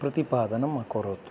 प्रतिपादनम् अकरोत्